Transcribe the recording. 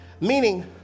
Meaning